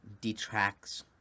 detracts